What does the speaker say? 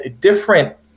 different